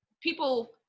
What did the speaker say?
people